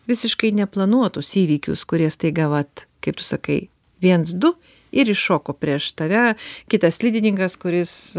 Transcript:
visiškai neplanuotus įvykius kurie staiga vat kaip tu sakai viens du ir iššoko prieš tave kitas slidininkas kuris